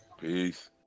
Peace